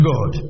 God